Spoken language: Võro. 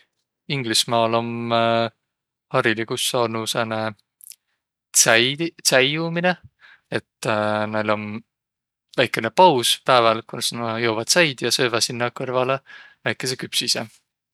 Inglüsmaal om hariligus saanuq sääne tsäi- tsäijuuminõ. Et näil om väikene paus pääväl, kos nä joovaq tsäid ja joovaq sinnäq kõrvalõ väikese küpsise.